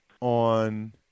on